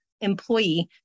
employee